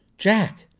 jack!